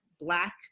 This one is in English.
black